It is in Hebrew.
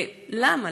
למה?